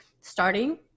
starting